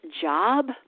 job